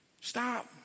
stop